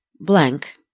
blank